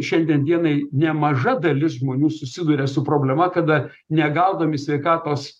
šiandien dienai nemaža dalis žmonių susiduria su problema kada negaudami sveikatos